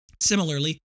Similarly